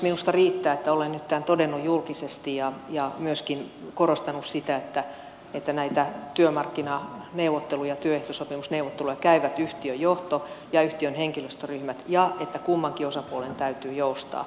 minusta riittää että olen nyt tämän todennut julkisesti ja myöskin korostanut sitä että näitä työmarkkinaneuvotteluja työehtosopimusneuvotteluja käyvät yhtiön johto ja yhtiön henkilöstöryhmät ja että kummankin osapuolen täytyy joustaa